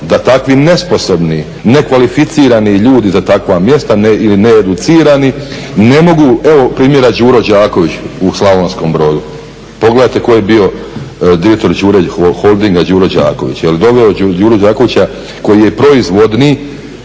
da takvi nesposobni, nekvalificirani ljudi za takva mjesta ili needucirani, ne mogu, evo primjera "Đuro Đaković" u Slavonskom Brodu, pogledajte tko je bio direktor Đure, holdinga "Đuro Đaković", je li doveo "Đuru Đakovića" koji je proizvodna